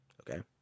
okay